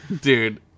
Dude